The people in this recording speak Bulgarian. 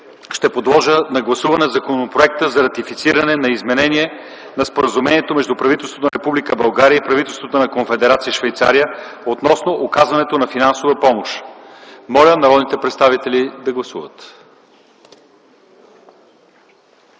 ще подложа на гласуване Законопроекта за ратифициране на изменението на Споразумението между правителството на Република България и правителството на Конфедерация Швейцария относно оказването на финансова помощ. Моля народните представители да гласуват.